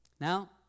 Now